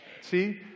See